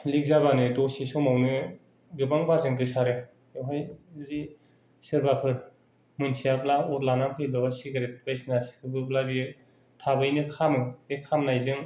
लिक जाबानो दसेसमावनो गोबां बारजों गोसारो बेयावहाय जुदि सोरबाफोर मिन्थियाब्ला अर लानानै फैबा बा सिगारेट बायदिसिना सोबोबा बियो थाबैनो खामो बे खामनाय जों